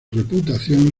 reputación